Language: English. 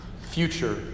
Future